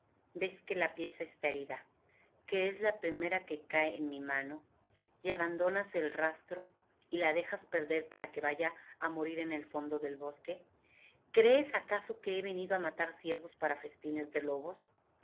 ves que la pieza está herida que es la primera que cae por mi mano y abandonas el rastro y la dejas perder para que vaya á morir en el fondo del bosque crees acaso que he venido á matar ciervos para festines de lobos